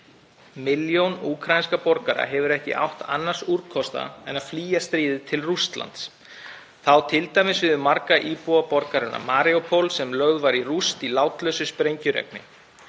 milljón úkraínskra borgara hefur ekki átt annarra úrkosta en að flýja stríðið til Rússlands. Það á t.d. við um marga íbúa borgarinnar Maríupol sem lögð var í rúst í látlausu sprengjuregni.